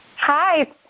Hi